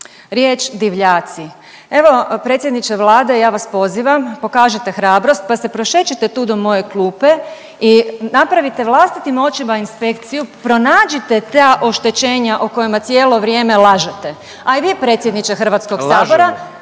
Riječ divljaci, evo predsjedniče Vlade ja vas pozivam pokažite hrabrost pa se prošećite tu do moje klupe i napravite vlastitim očima inspekciju, pronađite ta oštećenja o kojima cijelo vrijeme lažete, a i vi predsjedniče HS… …/Upadica